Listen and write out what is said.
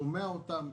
שומע אותם,